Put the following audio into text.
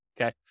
okay